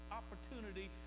opportunity